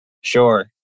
sure